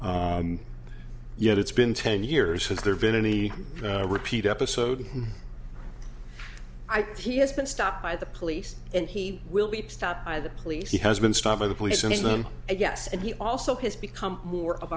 yet it's been ten years has there been any repeat episode i think he has been stopped by the police and he will be stopped by the police he has been stopped by the police and is then i guess and he also has become more of